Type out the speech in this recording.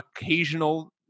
occasional